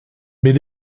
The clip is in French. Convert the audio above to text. mais